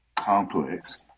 complex